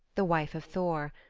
the wife of thor,